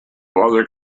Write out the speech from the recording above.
other